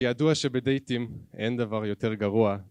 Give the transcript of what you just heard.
ידוע שבדייטים אין דבר יותר גרוע